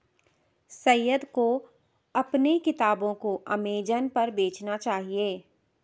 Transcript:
सैयद को अपने किताबों को अमेजन पर बेचना चाहिए